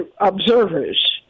observers